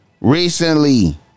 Recently